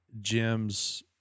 Jim's